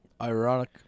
Ironic